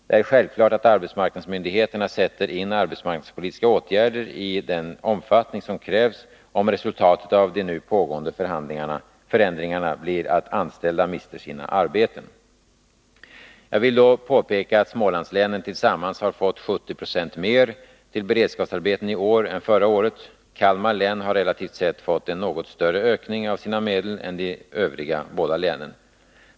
Det är självklart att arbetsmarknadsmyndigheterna kommer att sätta in arbetsmarknadspolitiska åtgärder i den omfattning som krävs, om resultatet av de nu pågående förändringarna blir att anställda mister sina arbeten. Jag vill då påpeka att Smålandslänen tillsammans har fått 70 90 mer till beredskapsarbeten i år än förra året. Kalmar län har relativt sett fått en något större ökning av sina medel än de båda övriga länen.